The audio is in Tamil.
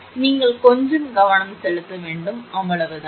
எனவே நீங்கள் கொஞ்சம் கவனம் செலுத்த வேண்டும் அவ்வளவுதான்